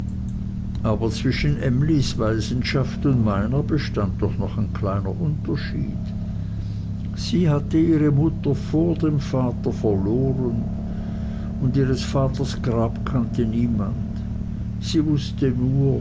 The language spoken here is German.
aber zwischen emlys waisenschaft und meiner bestand doch noch ein kleiner unterschied sie hatte ihre mutter vor dem vater verloren und ihres vaters grab kannte niemand sie wußte nur